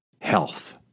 health